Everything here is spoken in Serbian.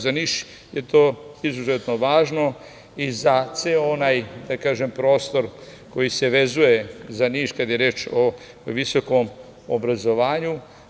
Za Niš je to izuzetno važno i za ceo onaj prostor koji se vezuje za Niš kada je reč o visokom obrazovanju.